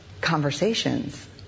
conversations